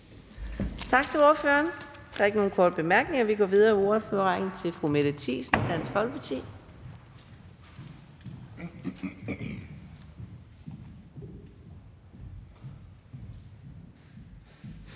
Tak til ordføreren. Der er ikke flere korte bemærkninger. Vi går videre i ordførerrækken til fru Theresa Scavenius,